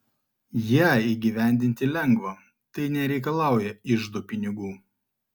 ją įgyvendinti lengva tai nereikalauja iždo pinigų